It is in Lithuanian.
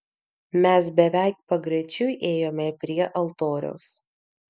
mes beveik pagrečiui ėjome prie altoriaus